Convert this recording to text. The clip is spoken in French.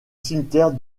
cimetière